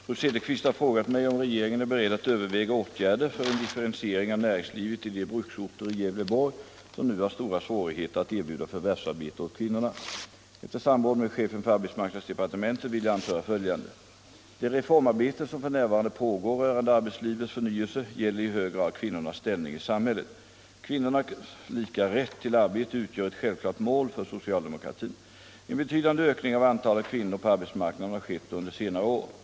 Herr talman! Fru Cederqvist har frågat mig om regeringen är beredd att överväga åtgärder för en differentiering av näringslivet i de bruksorter i Gävleborgs län som nu har stora svårigheter att erbjuda förvärvsarbete åt kvinnorna. Efter samråd med chefen för arbetsmarknadsdepartementet vill jag anföra följande. Det reformarbete som för närvarande pågår rörande arbetslivets förnyelse gäller i hög grad kvinnornas ställning i samhället. Kvinnornas lika rätt till arbete utgör ett självklart mål för socialdemokratin. En betydande ökning av antalet kvinnor på arbetsmarknaden har skett under senare år.